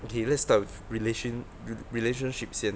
okay let's start with relation relationships 先